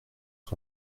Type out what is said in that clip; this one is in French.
sur